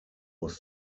was